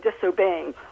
disobeying